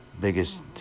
biggest